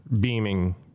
beaming